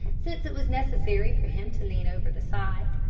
since it was necessary for him to lean over the side.